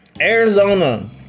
Arizona